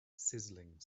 sizzling